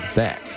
back